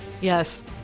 Yes